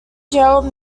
jailed